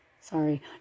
sorry